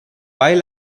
bile